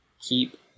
keep